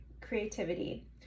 creativity